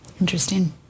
Interesting